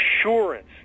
assurance